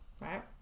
Right